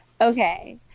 Okay